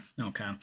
Okay